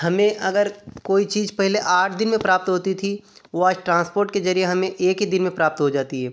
हमें अगर कोई चीज पहले आठ दिन में प्राप्त होती थी वो आज ट्रांसपोर्ट के जरिए हमें एक ही दिन में प्राप्त हो जाती है